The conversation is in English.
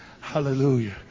hallelujah